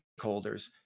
stakeholders